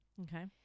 okay